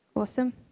awesome